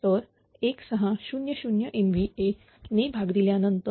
तर 1600 MVA ने भाग दिल्यानंतर